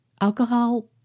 alcohol